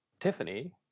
Tiffany